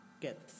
get